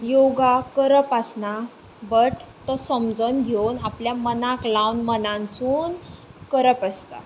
योगा करप आसना बट तो समजून घेवन आपल्या मनाक लावन मनानसून करप आसता